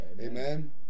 Amen